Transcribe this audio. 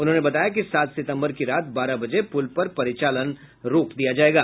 उन्होंने बताया कि सात सितम्बर की रात बारह बजे पूल पर परिचालन रोक दिया जायेगा